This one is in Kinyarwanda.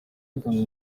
bikanga